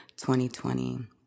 2020